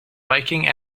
biking